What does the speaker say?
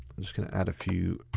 i'm just gonna add a few